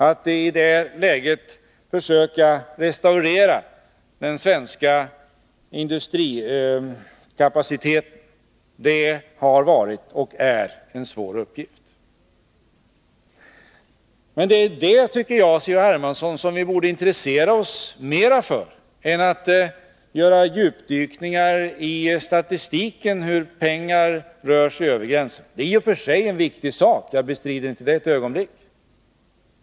Att i det läget försöka restaurera den svenska industrikapaciteten har varit och är en svår uppgift. Det borde vi, C.-H. Hermansson, intressera oss för snarare än att göra djupdykningar i statistiken över hur pengar rör sig över gränserna. Det är i och för sig en viktig sak — det bestrider jag inte ett ögonblick.